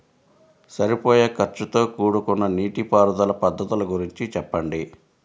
సరిపోయే ఖర్చుతో కూడుకున్న నీటిపారుదల పద్ధతుల గురించి చెప్పండి?